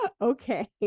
okay